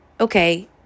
okay